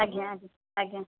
ଆଜ୍ଞା ଆଜ୍ଞା ଆଜ୍ଞା